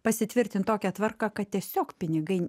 pasitvirtinti tokia tvarka kad tiesiog pinigai